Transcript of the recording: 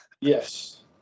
Yes